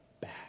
back